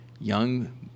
young